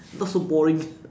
not so boring